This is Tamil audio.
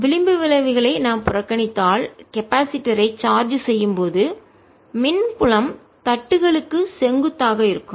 விளிம்பு விளைவுகளை நாம் புறக்கணித்தால் கெப்பாசிட்டர் ஐ மின்தேக்கி சார்ஜ் செய்யும் போது மின் புலம் தட்டுகளுக்கு செங்குத்தாக இருக்கும்